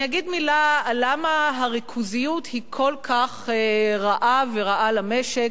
אני אגיד מלה למה הריכוזיות היא כל כך רעה למשק,